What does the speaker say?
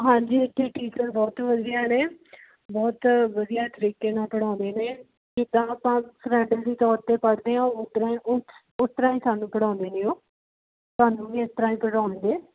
ਹਾਂਜੀ ਇੱਥੇ ਟੀਚਰ ਬਹੁਤ ਵਧੀਆ ਨੇ ਬਹੁਤ ਵਧੀਆ ਤਰੀਕੇ ਨਾਲ ਪੜਾਉਂਦੇ ਨੇ ਜਿੱਦਾਂ ਆਪਾਂ ਫਰੈਂਡਲੀ ਤੌਰ 'ਤੇ ਪੜ੍ਹਦੇ ਹਾਂ ਉਹ ਤਰ੍ਹਾਂ ਉਸ ਉਸ ਤਰ੍ਹਾਂ ਹੀ ਸਾਨੂੰ ਪੜਾਉਂਦੇ ਨੇ ਉਹ ਤੁਹਾਨੂੰ ਵੀ ਉਸ ਤਰ੍ਹਾਂ ਹੀ ਪੜਾਉਣਗੇ